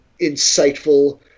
insightful